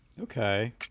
Okay